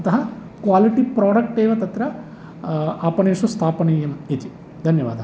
अतः quality product एव तत्र आपणेषु स्थापनीयम् इति धन्यवादः